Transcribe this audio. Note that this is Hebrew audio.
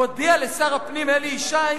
הוא הודיע לשר הפנים אלי ישי,